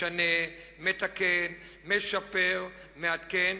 משנה, מתקן, משפר, מעדכן.